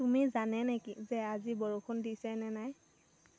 তুমি জানে নেকি যে আজি বৰষুণ দিছে নে নাই